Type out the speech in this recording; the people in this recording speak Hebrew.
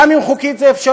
גם אם חוקית זה אפשרי.